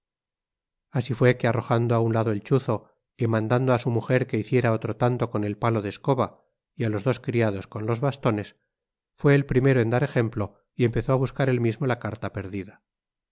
así fué que arrojando á un lado el chuzo y mandando á su mujer que hiciera otro tanto con el palo de escoba y á los criados con los bastones fué el primero en dar ejemplo y empezó á buscar él mismo la carta perdida